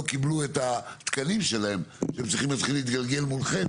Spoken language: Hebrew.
קיבלו את התקנים שלהם שהם צריכים להתחיל להתגלגל מולכם